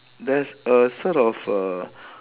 there's a set of err